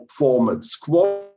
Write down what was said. formats